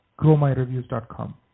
GrowMyReviews.com